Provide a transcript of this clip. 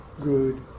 good